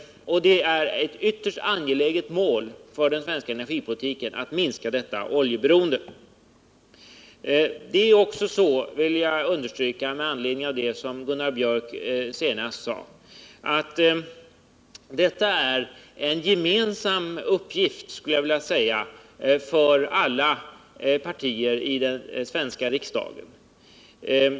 Det är ett ytterst angeläget mål för den svenska energipolitiken att minska detta oljeberoende. Det är också, det vill jag understryka med anledning av det Gunnar Biörck senast sade, en gemensam uppgift för alla partier i den svenska riksdagen.